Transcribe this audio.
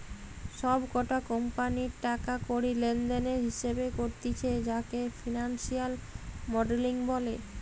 সব কটা কোম্পানির টাকা কড়ি লেনদেনের হিসেবে করতিছে যাকে ফিনান্সিয়াল মডেলিং বলে